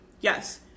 yes